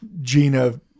Gina